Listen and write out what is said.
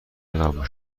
قبول